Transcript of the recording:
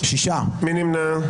מי נמנע?